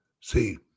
See